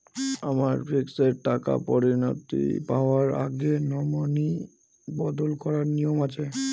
আমার ফিক্সড টাকা পরিনতি পাওয়ার আগে নমিনি বদল করার নিয়ম আছে?